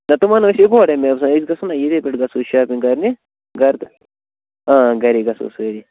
نہَ تِمن اَنو أسی اِکوٹے مےٚ باسان أسۍ گَژھو نا ییٚتے پٮ۪ٹھ گَژھو أسۍ شاپِنٛگ کَرنہِ گرٕ تہٕ گرے گَژھو سٲری